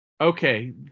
Okay